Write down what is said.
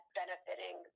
benefiting